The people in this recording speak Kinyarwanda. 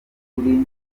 by’ukuri